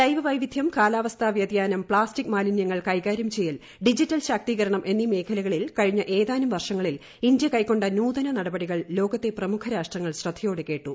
ജൈവവൈവിദ്ധ്യം കാലാവസ്ഥാ വൃതിയാനം പ്ലാസ്റ്റിക് മാലിന്യങ്ങൾ കൈകാര്യം ചെയ്യൽ ഡിജിറ്റൽ ശാക്തീകരണം എന്നീ മേഖലകളിൽ കഴിഞ്ഞ ഏതാനും വർഷങ്ങളിൽ ഇന്ത്യ കൈക്കൊണ്ട നൂതന നടപടികൾ ലോകത്തെ പ്രമുഖരാഷ്ട്രങ്ങൾ ശ്രദ്ധയോടെ കേട്ടു